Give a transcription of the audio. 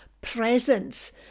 presence